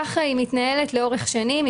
לאורך שנים.